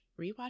rewatch